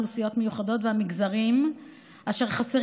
האוכלוסיות המיוחדות והמגזרים אשר חסר